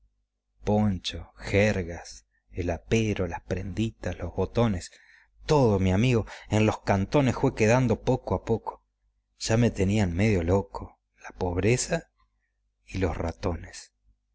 poncho jergas el apero las prenditas los botones todo amigo en los cantones jue quedando poco a poco ya me tenían medio loco la pobreza y los ratones